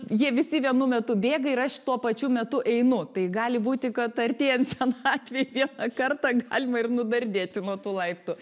jie visi vienu metu bėga ir aš tuo pačiu metu einu tai gali būti kad artėjant senatvei vieną kartą galima ir nudardėti nuo tų laiptų